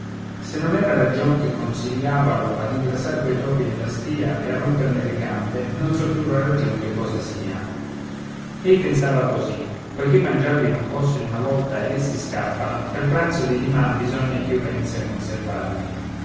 se non era ragion che consigliavalo ad ingrassar quei topi nella stia e a romperne le gambe non so più la ragion che cosa sia ei pensava così poiché mangiarli non posso in una volta ed essi scappano pel pranzo di dimani bisogna ben ch'io pensi a conservarli